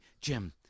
Jim